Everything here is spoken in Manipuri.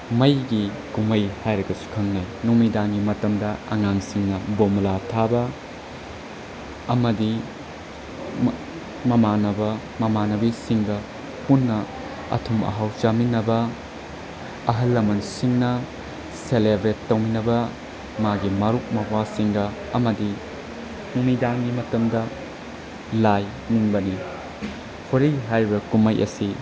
ꯃꯩꯒꯤ ꯀꯨꯝꯍꯩ ꯍꯥꯏꯔꯒꯁꯨ ꯈꯪꯅꯩ ꯅꯨꯃꯤꯗꯥꯡꯒꯤ ꯃꯇꯝꯗ ꯑꯉꯥꯡꯁꯤꯡꯅ ꯕꯣꯝꯕꯂꯥ ꯊꯥꯕ ꯑꯃꯗꯤ ꯃꯃꯥꯟꯅꯕ ꯃꯃꯥꯟꯅꯕꯤꯁꯤꯡꯒ ꯄꯨꯟꯅ ꯑꯊꯨꯝ ꯑꯍꯥꯎ ꯆꯥꯃꯤꯟꯅꯕ ꯑꯍꯜ ꯂꯃꯟꯁꯤꯡꯅ ꯁꯦꯂꯦꯕ꯭ꯔꯦꯠ ꯇꯧꯃꯤꯟꯅꯕ ꯃꯥꯒꯤ ꯃꯔꯨꯞ ꯃꯧꯄ꯭ꯋꯥꯁꯤꯡꯒ ꯑꯃꯗꯤ ꯅꯨꯃꯤꯗꯥꯡꯒꯤ ꯃꯇꯝꯗ ꯂꯥꯏ ꯅꯤꯡꯒꯅꯤ ꯍꯣꯂꯤ ꯍꯥꯏꯔꯤꯕ ꯀꯨꯝꯍꯩ ꯑꯁꯤ